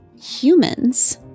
humans